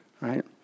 right